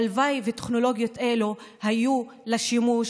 הלוואי שטכנולוגיות אלו היו בשימוש.